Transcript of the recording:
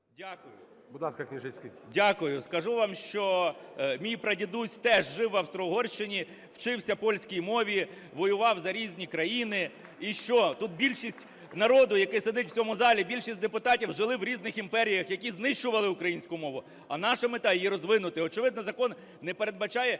Дякую. Скажу вам, що мій прадідусь теж жив в Австро-Угорщині, вчився польській мові, воював за різні країни. І що, тут більшість народу, який сидять в цьому залі, більшість депутатів жили в різних імперіях, які знищували українську мову, а наша мета – її розвинути. Очевидно, закон не передбачає